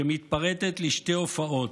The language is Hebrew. שמתפרטת לשתי הופעות,